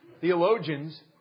theologians